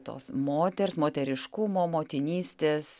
tos moters moteriškumo motinystės